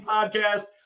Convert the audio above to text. Podcast